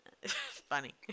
Funny